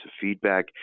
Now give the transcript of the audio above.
feedback